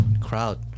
crowd